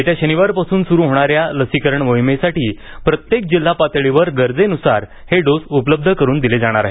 येत्या शनिवारपासून सुरू होणाऱ्या लसीकरण मोहिमेसाठी प्रत्येक जिल्हा पातळीवर गरजेन्सार हे डोस उपलब्ध करून दिले जाणार आहेत